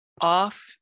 off